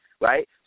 right